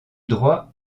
droit